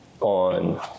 on